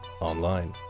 Online